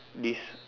this